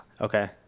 okay